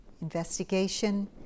Investigation